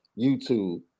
YouTube